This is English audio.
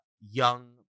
young